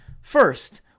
First